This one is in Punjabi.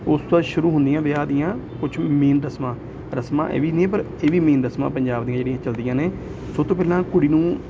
ਉਸ ਤੋਂ ਸ਼ੁਰੂ ਹੁੰਦੀਆਂ ਵਿਆਹ ਦੀਆਂ ਕੁਛ ਮੇਨ ਰਸਮਾਂ ਰਸਮਾਂ ਇਹ ਵੀ ਨੇ ਪਰ ਇਹ ਵੀ ਮੇਨ ਰਸਮਾਂ ਪੰਜਾਬ ਦੀਆਂ ਜਿਹੜੀਆਂ ਚਲਦੀਆਂ ਨੇ ਸਭ ਤੋਂ ਪਹਿਲਾਂ ਕੁੜੀ ਨੂੰ